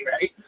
right